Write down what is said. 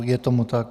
Je tomu tak.